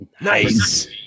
nice